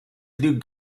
plus